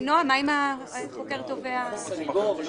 נועה, מה עם החוקר תובע סניגור?